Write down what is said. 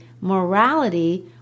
morality